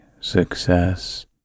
success